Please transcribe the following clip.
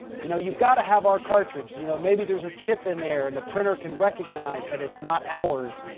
you know, you've got to have our cartridge. you know, maybe there's a chip in there and the printer can recognize that it's not ours,